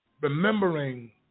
remembering